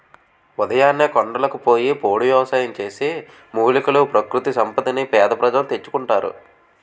ఉదయాన్నే కొండలకు పోయి పోడు వ్యవసాయం చేసి, మూలికలు, ప్రకృతి సంపదని పేద ప్రజలు తెచ్చుకుంటారు